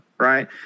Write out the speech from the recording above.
Right